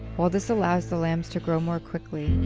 while this allows the lambs to grow more quickly,